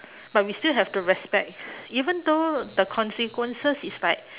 but we still have to respect even though the consequences is like